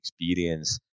experience